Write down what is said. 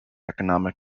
economic